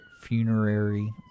funerary